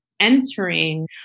Entering